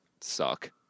suck